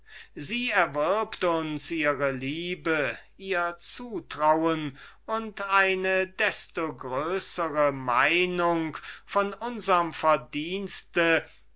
sie erwirbt ihm ihre liebe ihr zutrauen und eine desto größere meinung von seinen verdienste